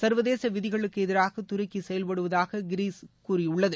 சர்வதேச விதிகளுக்கு எதிராக துருக்கி செயல்படுவதாக கிரீஸ் கூறியுள்ளது